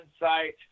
Insight